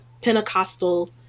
Pentecostal